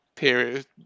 period